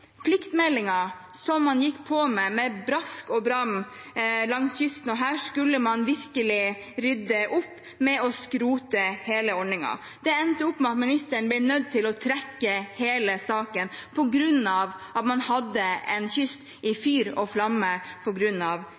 pliktmeldingen, som han gikk inn for med brask og bram langs kysten – her skulle man virkelig rydde opp og skrote hele ordningen. Det endte med at ministeren ble nødt til å trekke hele saken fordi man langs kysten var i fyr og flamme